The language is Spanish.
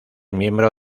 miembro